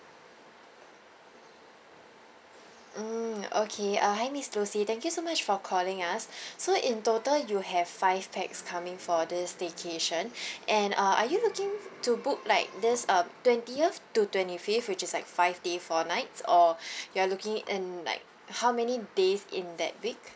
mm okay uh hi miss lucy thank you so much for calling us so in total you have five pax coming for this staycation and uh are you looking to book like this uh twentieth to twenty fifth which is like five day four nights or you are looking in like how many days in that week